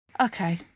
Okay